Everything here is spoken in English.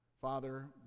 Father